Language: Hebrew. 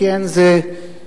כי אין זה המקום.